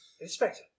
Inspector